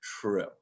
true